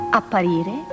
apparire